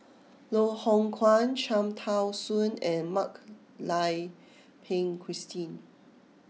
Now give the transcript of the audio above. Loh Hoong Kwan Cham Tao Soon and Mak Lai Peng Christine